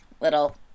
little